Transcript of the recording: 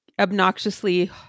obnoxiously